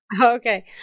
Okay